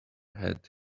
had